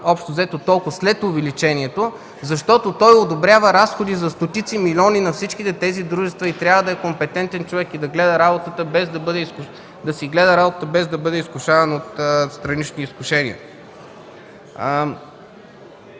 общо взето толкова след увеличението, защото той одобрява разходи за стотици милиони на всички тези дружества. Човек трябва да е компетентен и да си гледа работата, без да бъде изкушаван от странични изкушения.